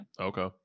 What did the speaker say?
Okay